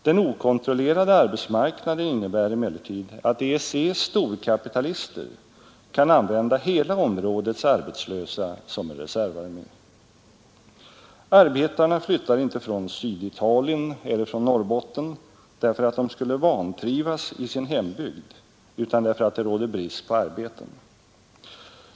Den okontrollerade arbetsmarknaden innebär emellertid att EEC:s storkapitalister kan använda hela områdets arbetslösa som en reservarmé. Arbetarna flyttar inte från Syditalien eller från Norrbotten därför att de skulle vantrivas i sin hembygd utan därför att det råder brist på arbeten.